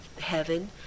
heaven